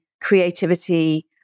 creativity